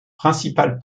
principal